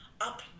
up